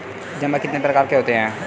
जमा कितने प्रकार के होते हैं?